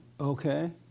Okay